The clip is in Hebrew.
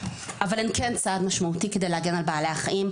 אבל הן כן צעד משמעותי כדי להגן על בעלי החיים.